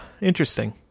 Interesting